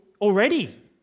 already